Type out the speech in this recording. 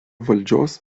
valdžios